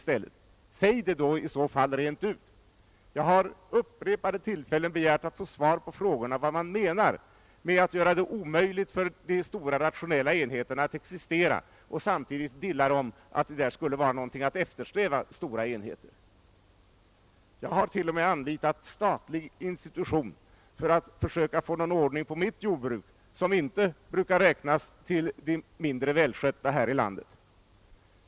Säg i så fall detta rent ut! Jag har vid upprepade tillfällen begärt att få svar på frågorna vad man menar med att göra det omöjligt för de stora rationella enheterna att existera samtidigt som man dillar om att stora enheter skulle vara någonting att eftersträva. Jag har t.o.m. anlitat en statlig institution för att försöka få någon ord ning på mitt jordbruk, som inte brukar räknas till de mindre välskötta här i landet.